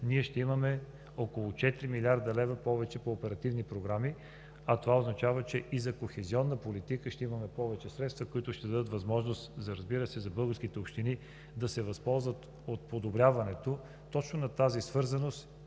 ние ще имаме около 4 млрд. лв. повече по оперативни програми, а това означава, че и за кохезионна политика ще имаме повече средства, които ще дадат възможност на българските общини да се възползват от подобряването точно на тази свързаност